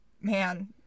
man